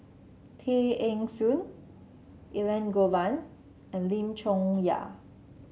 Tay Eng Soon Elangovan and Lim Chong Yah